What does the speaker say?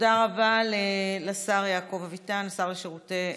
תודה רבה לשר יעקב אביטן, השר לשירותי דת.